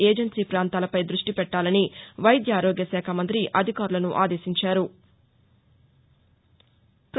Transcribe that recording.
agency పాంతాలపై దృష్టి పెట్టాలని వైద్య ఆరోగ్య శాఖ మంత్రి అధికారులను ఆదేశించారు